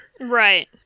right